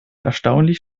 erstaunlich